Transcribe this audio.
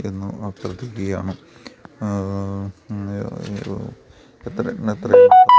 എന്നു അഭ്യർത്ഥിക്കുന്നത് എത്ര എത്ര